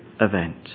event